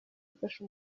ifasha